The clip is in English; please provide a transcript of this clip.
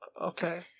Okay